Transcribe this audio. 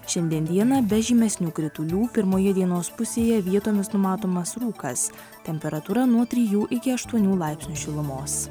šiandien dieną be žymesnių kritulių pirmoje dienos pusėje vietomis numatomas rūkas temperatūra nuo trijų iki aštuonių laipsnių šilumos